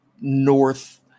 north